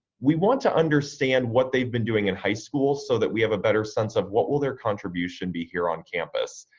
we want to understand what they've been doing in high school so that we have a better sense of what will their contribution be here on campus.